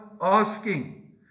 asking